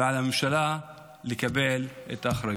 ועל הממשלה לקבל את האחריות.